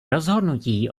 rozhodnutí